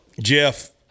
Jeff